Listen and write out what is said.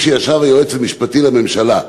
האם כשישב היועץ המשפטי לממשלה,